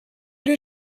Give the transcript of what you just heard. did